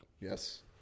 Yes